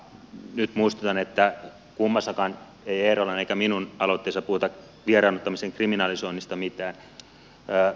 nyt muistutan että kummassakaan ei eerolan eikä minun aloitteessani puhuta vieraannuttamisen kriminalisoinnista mitään